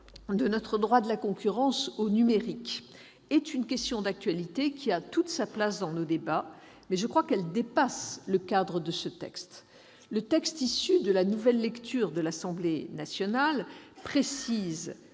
de notre droit de la concurrence au numérique est une question d'actualité qui a toute sa place dans nos débats, mais elle dépasse le cadre de ce texte. Dans la rédaction issue de la nouvelle lecture par l'Assemblée nationale, il